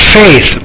faith